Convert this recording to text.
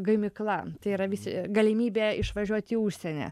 gamykla tai yra galimybė išvažiuot į užsienį